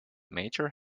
major